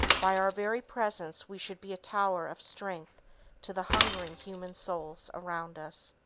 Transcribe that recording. by our very presence we should be a tower of strength to the hungering human souls around us.